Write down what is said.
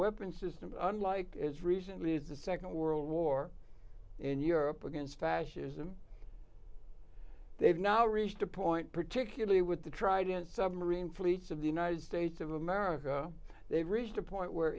weapon system unlike as recently as the nd world war in europe against fascism they've now reached a point particularly with the trident submarine fleets of the united states of america they've reached a point where